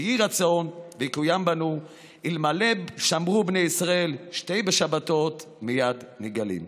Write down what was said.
ויהי רצון שיקוים בנו "אלמלא שמרו בני ישראל שתי שבתות מייד נגאלין".